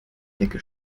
decke